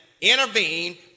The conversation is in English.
intervene